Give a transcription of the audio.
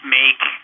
make